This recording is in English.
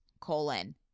colon